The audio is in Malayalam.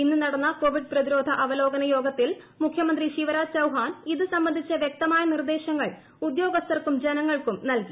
ഇന്ന് നടന്ന കോവിഡ് പ്രതിരോധ അവലോകന യോഗത്തിൽ മുഖ്യമന്ത്രി ശിവരാജ് ചൌഹാൻ ഇത് സംബന്ധിച്ച വൃക്തമായ നിർദ്ദേശങ്ങൾ ഉദ്യോഗസ്ഥർക്കും ജനങ്ങൾക്കും നൽകി